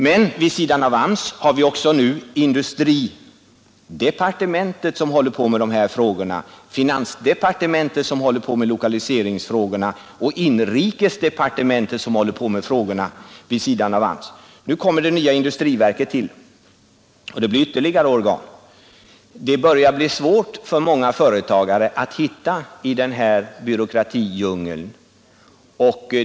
Men vid sidan av AMS arbetar också industridepartementet, finansdepartementet och inrikesdepartementet med lokaliseringsfrågorna, och nu kommer det nya industriverket till som ett ytterligare organ. Det börjar bli svårt för många företagare att hitta i den här byråkratidjungeln.